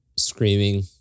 screaming